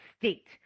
state